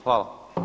Hvala.